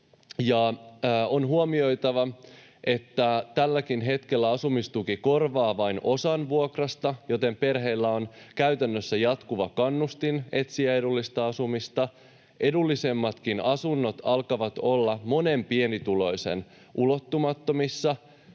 on huomioitava, että tälläkin hetkellä asumistuki korvaa vain osan vuokrasta, joten perheillä on käytännössä jatkuva kannustin etsiä edullista asumista. Edullisemmatkin asunnot alkavat olla monen pienituloisen ulottumattomissa